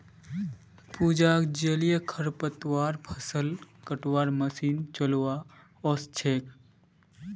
पूजाक जलीय खरपतवार फ़सल कटवार मशीन चलव्वा ओस छेक